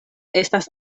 estas